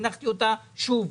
הנחתי אותה שוב.